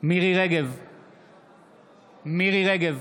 מירי מרים רגב,